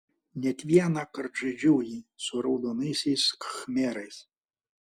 net vienąkart žaidžiau jį su raudonaisiais khmerais